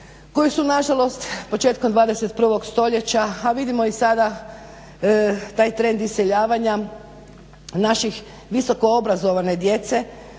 koji su na žalost početkom 21. stoljeća a vidimo i sada taj trend iseljavanja naših visoko obrazovane djece